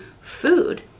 food